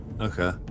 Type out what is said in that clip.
Okay